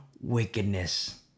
wickedness